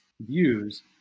views